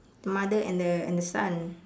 the mother and the and the son